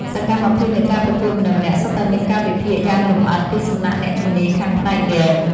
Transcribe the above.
សកម្មភាពនៃការប្រកួតម្នាក់ៗសុទ្ធតែមានការវិភាគយ៉ាងលម្អិតពីសំណាក់អ្នកជំនាញខាងផ្នែកហ្គេម។